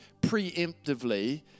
preemptively